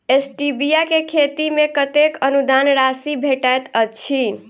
Stevia केँ खेती मे कतेक अनुदान राशि भेटैत अछि?